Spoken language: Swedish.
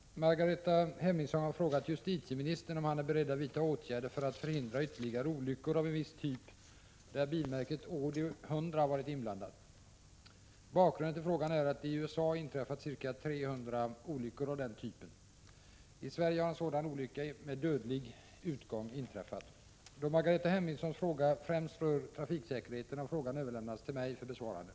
Herr talman! Margareta Hemmingsson har frågat justitieministern om han är beredd att vidta åtgärder för att förhindra ytterligare olyckor av en viss typ där bilmärket Audi 100 varit inblandat. Bakgrunden till frågan är att det i USA inträffat ca 300 olyckor av den typen. I Sverige har en sådan olycka med dödlig utgång inträffat. Då Margareta Hemmingssons fråga främst rör trafiksäkerheten, har Prot. 1986/87:75 frågan överlämnats till mig för besvarande.